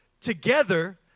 together